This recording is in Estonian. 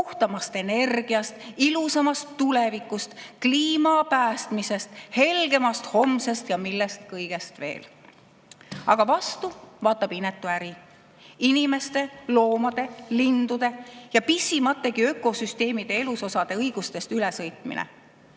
puhtamast energiast, ilusamast tulevikust, kliima päästmisest, helgemast homsest ja millest kõigest veel. Aga vastu vaatab inetu äri, inimeste, loomade, lindude ja pisimategi ökosüsteemi elusosade õigustest ülesõitmine.